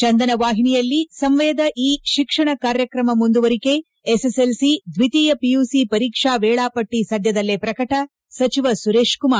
ಚಂದನ ವಾಹಿನಿಯಲ್ಲಿ ಸಂವೇದ ಇ ಶಿಕ್ಷಣ ಕಾರ್ಯಕ್ರಮ ಮುಂದುವರಿಕೆ ಎಸ್ ಎಸ್ ಎಲ್ ಸಿ ದ್ವಿತೀಯ ಪಿಯುಸಿ ಪರೀಕ್ಷಾ ವೇಳಾಪಟ್ಟ ಸದ್ಯದಲ್ಲೇ ಪ್ರಕಟ ಸಚಿವ ಸುರೇಶಕುಮಾರ್